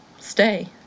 stay